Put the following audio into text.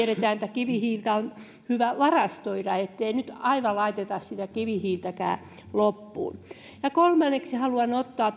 kivihiiltä on hyvä varastoida niin ettei nyt aivan laiteta sitä kivihiiltäkään loppuun kolmanneksi haluan ottaa